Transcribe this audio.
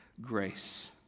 grace